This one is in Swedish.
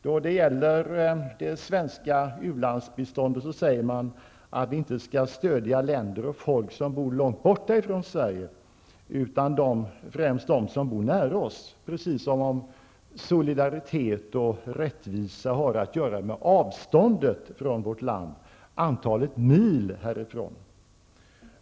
Då det gäller det svenska u-landsbiståndet säger man att vi inte skall stödja fjärran länder och folk som bor långt bort från Sverige, utan främst dem som bor nära oss, precis som om solidaritet och rättvisa har att göra med avståndet från vårt land, antalet mil härifrån.